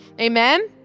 Amen